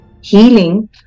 healing